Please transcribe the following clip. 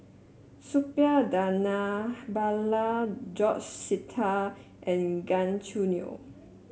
Suppiah Dhanabalan George Sita and Gan Choo Neo